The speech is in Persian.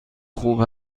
خوب